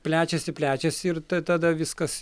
plečiasi plečiasi ir tada viskas